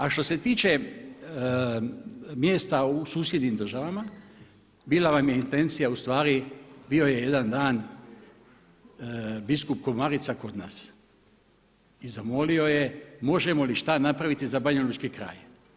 A što se tiče mjesta u susjednim državama, bila vam je intencija ustvari, bio je jedan dan biskup Komarica kod nas i zamolio je možemo li šta danas napraviti za banjalučki kraj.